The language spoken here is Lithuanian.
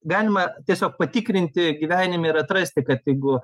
galima tiesiog patikrinti gyvenime ir atrasti kad jeigu